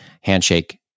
handshake